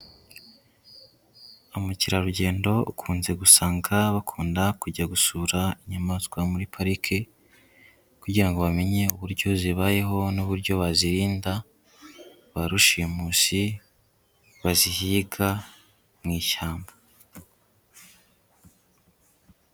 Umukerarugendo ukunze gusanga bakunda kujya gusura inyamaswa muri pariki, kugira ngo bamenye uburyo zibayeho n'uburyo bazirinda, ba rushimusi bazihiga mu ishyamba.